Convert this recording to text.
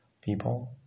people